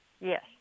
yes